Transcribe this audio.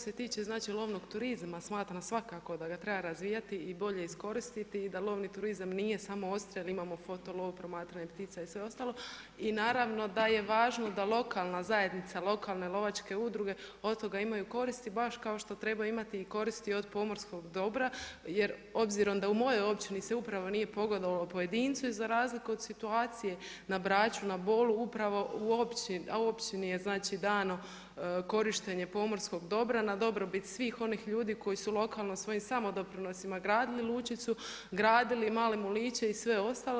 Što se tiče znači lonog turizma smatram svakako da ga treba razvijati i bolje iskoristiti i da lovni turizam nije samo odstrel, imamo foto lov, promatranje ptica i sve ostalo i naravno da je važno da lokalna zajednica, lokalne lovačke udruge od toga imaju koristi baš kao što trebaju imati i koristi od pomorskog dobra, jer obzirom, da u mojoj općini se upravo nije pogodovalo pojedincu za razliku od situacije na Braču, na Bolu, upravo u općini je znači dano korištenje pomorskog dobra na dobrobit svih onih ljudi koji su lokalno svojim samodoprinosima gradili lučicu, gradili male moliće i sve ostalo.